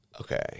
Okay